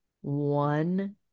one